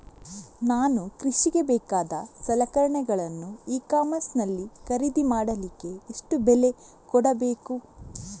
ನಾನು ಕೃಷಿಗೆ ಬೇಕಾದ ಸಲಕರಣೆಗಳನ್ನು ಇ ಕಾಮರ್ಸ್ ನಲ್ಲಿ ಖರೀದಿ ಮಾಡಲಿಕ್ಕೆ ಎಷ್ಟು ಬೆಲೆ ಕೊಡಬೇಕು?